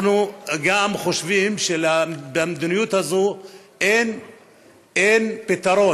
אנחנו גם חושבים שבמדיניות הזו אין פתרון.